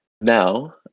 Now